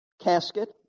casket